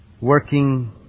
working